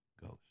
Ghost